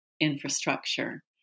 infrastructure